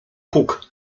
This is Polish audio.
puk